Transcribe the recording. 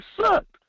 sucked